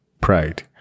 pride